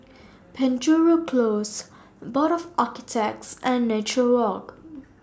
Penjuru Close Board of Architects and Nature Walk